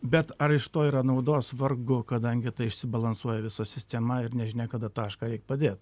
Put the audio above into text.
bet ar iš to yra naudos vargu kadangi tai išsibalansuoja visa sistema ir nežinia kada tašką reik padėt